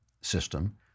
system